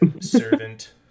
Servant